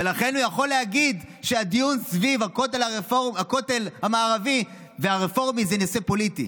ולכן הוא יכול להגיד שהדיון סביב הכותל המערבי והרפורמי זה נושא פוליטי.